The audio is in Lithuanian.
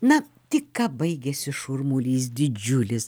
na tik ką baigėsi šurmulys didžiulis